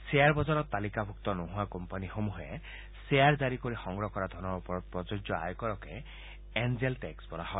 share বজাৰত তালিকাভূক্ত নোহোৱা কোম্পানীসমূহে শ্বেয়াৰ জাৰি কৰি সংগ্ৰহ কৰা ধনৰ ওপৰত প্ৰযোজ্য আয়কৰকে এঞ্জেল টেক্স বোলা হয়